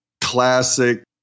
classic